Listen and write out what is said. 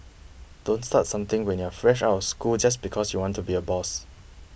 don't start something when you're fresh out of school just because you want to be a boss